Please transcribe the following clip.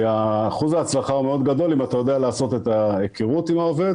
כי האחוז ההצלחה הוא מאוד גדול אם אתה יודע לעשות את ההיכרות עם העובד,